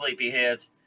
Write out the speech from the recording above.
sleepyheads